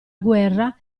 guerra